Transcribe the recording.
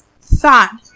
thought